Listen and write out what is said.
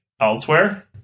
elsewhere